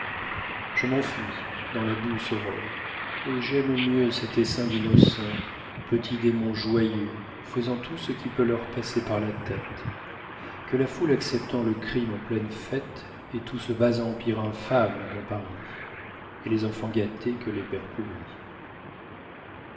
je m'enfuis dans la douce aurore et j'aime mieux cet essaim d'innocents petits démons joyeux faisant tout ce qui peut leur passer par la tête que la foule acceptant le crime en pleine fête et tout ce bas-empire infâme dans paris et les enfants gâtés que les pères pourris